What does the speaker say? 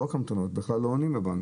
לא רק המתנות, בכלל לא עונים בבנקים.